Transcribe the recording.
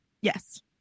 Yes